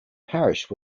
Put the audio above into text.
parish